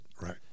Right